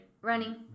Running